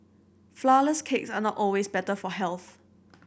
flourless cakes are not always better for health